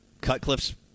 Cutcliffe's